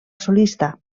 solista